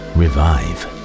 revive